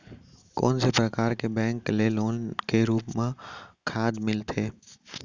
कोन से परकार के बैंक ले लोन के रूप मा खाद मिलथे?